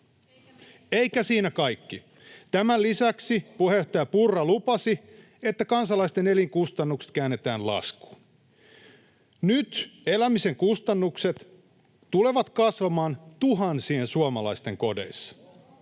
Eikä siinä kaikki: tämän lisäksi puheenjohtaja Purra lupasi, että kansalaisten elinkustannukset käännetään laskuun. Nyt elämisen kustannukset tulevat kasvamaan tuhansien suomalaisten kodeissa.